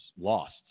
lost